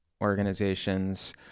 organizations